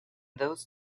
those